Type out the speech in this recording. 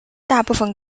大部份